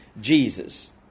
Jesus